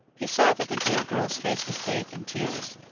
he saw that the dear girl's face was bathed in tears,